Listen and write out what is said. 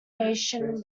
nation